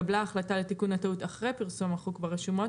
נתקבלה החלטה לתיקון הטעות אחרי פרסום החוק ברשומות,